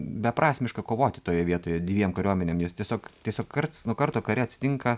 beprasmiška kovoti toje vietoje dviem kariuomenėm jos tiesiog tiesiog karts nuo karto kare atsitinka